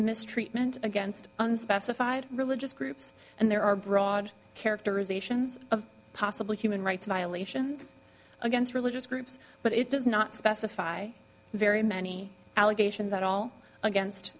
mistreatment against unspecified religious groups and there are broad characterizations of possible human rights violations against religious groups but it does not specify very many allegations at all against